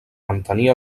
mantenir